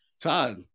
Todd